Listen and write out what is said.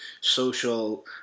social